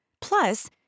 Plus